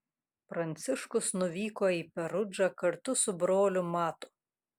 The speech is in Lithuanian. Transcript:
pranciškus nuvyko į perudžą kartu su broliu matu